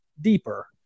deeper